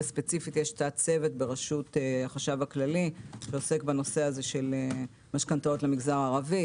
וספציפית יש הצוות בראשות החשב הכללי שעוסק בנושא משכנתאות במגזר הערבי.